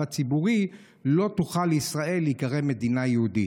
הציבורי לא תוכל ישראל להיקרא מדינה יהודית.